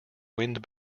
wind